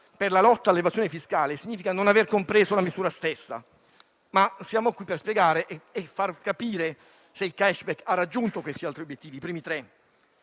per la lotta all'evasione fiscale significa non aver compreso la misura stessa. Ma siamo qui per spiegare e far capire se il *cashback* ha raggiunto gli altri obiettivi, ossia i primi tre.